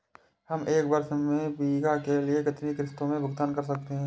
हम एक वर्ष में बीमा के लिए कितनी किश्तों में भुगतान कर सकते हैं?